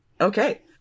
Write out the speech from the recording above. Okay